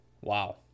Wow